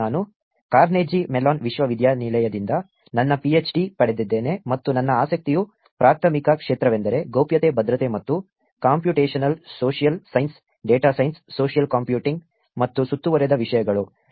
ನಾನು Carnegie Mellon ವಿಶ್ವವಿದ್ಯಾನಿಲಯದಿಂದ ನನ್ನ ಪಿಎಚ್ಡಿ ಪಡೆದಿದ್ದೇನೆ ಮತ್ತು ನನ್ನ ಆಸಕ್ತಿಯ ಪ್ರಾಥಮಿಕ ಕ್ಷೇತ್ರವೆಂದರೆ ಗೌಪ್ಯತೆ ಭದ್ರತೆ ಮತ್ತು computational social science data science social computing ಮತ್ತು ಸುತ್ತುವರಿದ ವಿಷಯಗಳು